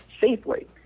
safely